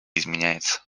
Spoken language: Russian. изменяется